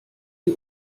die